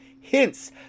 hints